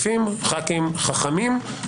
הכרחי כדי לתת מענה.